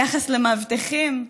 היחס למאבטחים?